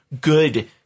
good